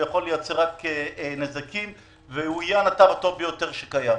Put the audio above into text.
הוא יכול לייצר רק נזקים והוא יהיה על הקו הטוב ביותר שקיים.